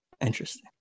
Interesting